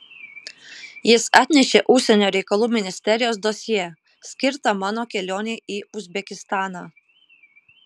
jis atnešė užsienio reikalų ministerijos dosjė skirtą mano kelionei į uzbekistaną